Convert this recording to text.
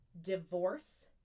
divorce